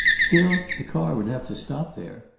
still the car would have to stop there.